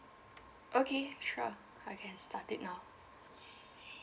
okay sure I can start it now